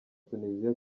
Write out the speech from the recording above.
tuniziya